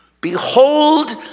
Behold